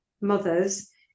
mothers